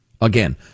Again